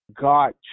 God